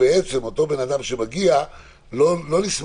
שבעצם הם יורדים מהטיסה ישירות לאוטובוסים ונוסעים למרכז